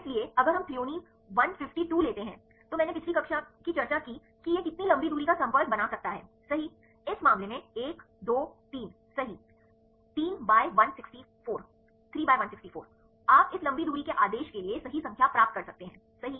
इसलिए अगर हम थ्रोनिन 152 लेते हैं तो मैंने पिछली कक्षा की चर्चा की कि यह कितनी लंबी दूरी का संपर्क बना सकता है सहीइस मामले में 1 2 3 सही 3 बाय 164 आप इस लंबी दूरी के आदेश के लिए सही संख्या प्राप्त कर सकते हैं सही